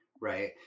right